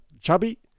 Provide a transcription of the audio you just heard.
chubby